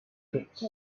pits